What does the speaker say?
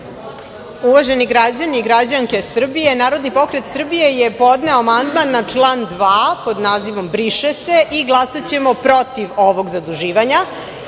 Uvaženi građani i građanke Srbije, NPS je podneo amandman na član 2. pod nazivom – briše se i glasaćemo protiv ovog zaduživanja,